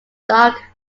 dark